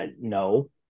No